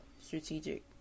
strategic